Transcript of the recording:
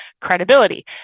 credibility